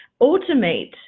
automate